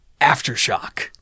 Aftershock